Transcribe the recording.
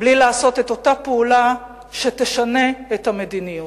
בלי לעשות את אותה פעולה שתשנה את המדיניות.